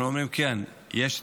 אנחנו אומרים: כן, יש צורך,